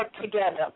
together